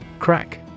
Crack